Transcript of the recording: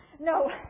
No